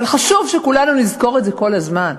אבל חשוב שכולנו נזכור את זה כל הזמן,